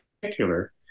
particular